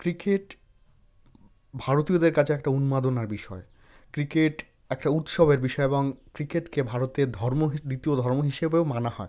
cricket ভারতীয়দের কাছে একটা উন্মাদনার বিষয় ক্রিকেট একটা উৎসবের বিষয় এবং ক্রিকেটকে ভারতের ধর্ম দ্বিতীয় ধর্ম হিসেবেও মানা হয়